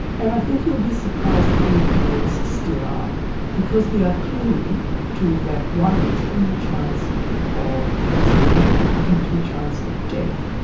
and i think you'll be surprised how many parents still are because they are clinging to that one in two chance of survival or one in two chance of death,